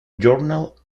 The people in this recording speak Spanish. journal